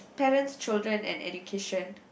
parents children and education